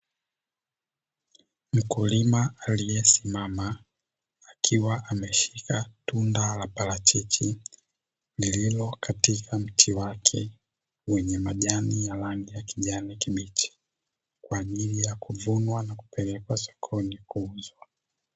Mkulima aliyesimama akiwa ameshika tunda la parachichi lililokatika mti wake wenye majani ya rangi ya kijani kibichi, kwa ajili ya kuvunwa na kupelekwa sokoni kuuzwa.